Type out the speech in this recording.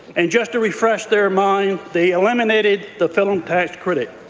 and just to refresh their minds, they eliminated the film tax credit.